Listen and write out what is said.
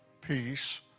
peace